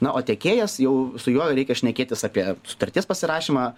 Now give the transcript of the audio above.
na o tiekėjas jau su juo reikia šnekėtis apie sutarties pasirašymą